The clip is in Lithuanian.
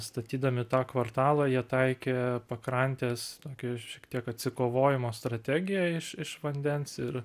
statydami tą kvartalą jie taikė pakrantės tokį šiek tiek atsikovojimo strategiją iš iš vandens ir